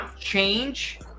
change